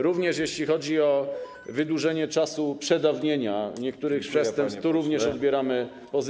Również jeśli chodzi o wydłużenie czasu przedawnienia niektórych przestępstw - to również odbieramy pozytywnie.